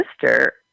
sister